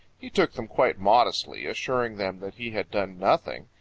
he took them quite modestly, assuring them that he had done nothing,